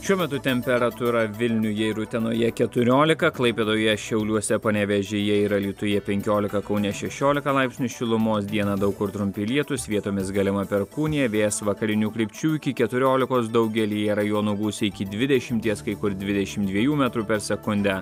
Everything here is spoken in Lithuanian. šiuo metu temperatūra vilniuje ir utenoje keturiolika klaipėdoje šiauliuose panevėžyje ir alytuje penkiolika kaune šešiolika laipsnių šilumos dieną daug kur trumpi lietūs vietomis galima perkūnija vėjas vakarinių krypčių iki keturiolikos daugelyje rajonų gūsiai iki dvidešimties kai kur dvidešimt dviejų metrų per sekundę